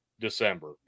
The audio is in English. December